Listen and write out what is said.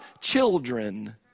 children